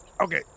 Okay